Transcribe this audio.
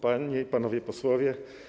Panie i Panowie Posłowie!